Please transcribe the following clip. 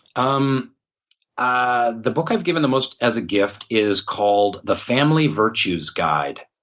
um ah the book i've given the most as a gift is called the family virtues guide,